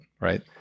right